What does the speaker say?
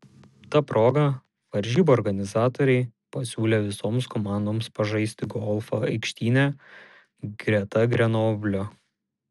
ta proga varžybų organizatoriai pasiūlė visoms komandoms pažaisti golfą aikštyne greta grenoblio